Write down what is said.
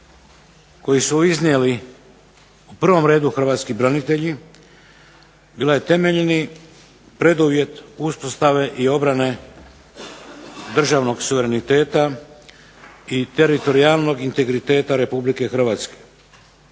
koji su iznijeli u prvom redu hrvatski branitelji, bila je temeljni preduvjet uspostave i obrane državnog suvereniteta i teritorijalnog integriteta Republike Hrvatske.